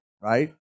right